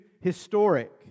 historic